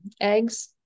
eggs